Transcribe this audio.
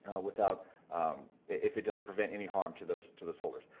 without if it doesn't permit any harm to those to those holders,